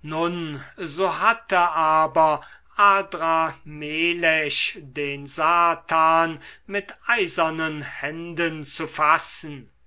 nun so hatte aber adramelech den satan mit eisernen händen zu fassen